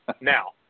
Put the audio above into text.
Now